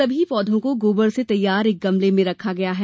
समी पौधों को गोबर से तैयार एक गमले में रखा गया है